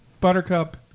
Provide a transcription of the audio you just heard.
Buttercup